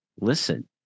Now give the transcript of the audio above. listen